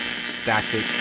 Static